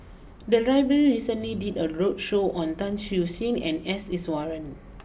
the library recently did a roadshow on Tan Siew Sin and S Iswaran